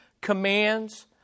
commands